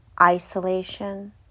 isolation